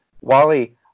Wally